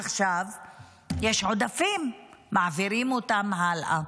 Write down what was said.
ועכשיו יש עודפים ומעבירים אותם הלאה.